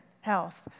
health